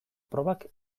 probak